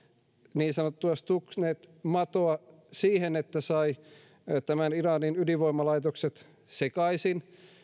niin sanottua stuxnet matoa siihen että sai nämä iranin ydinvoimalaitokset sekaisin